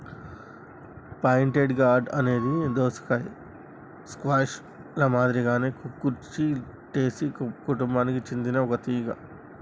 pointed gourd అనేది దోసకాయ, squash ల మాదిరిగానే కుకుర్చిటేసి కుటుంబానికి సెందిన ఒక తీగ